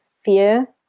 fear